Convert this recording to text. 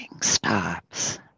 stops